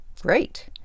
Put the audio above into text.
Great